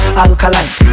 alkaline